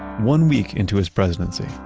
one week into his presidency,